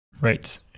Right